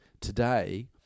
today